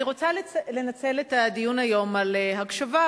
אני רוצה לנצל את הדיון היום על הקשבה,